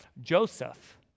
Joseph